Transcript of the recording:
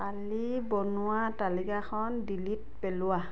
কালি বনোৱা তালিকাখন ডিলিট পেলোৱা